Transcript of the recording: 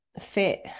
fit